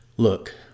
Look